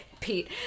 Pete